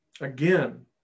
Again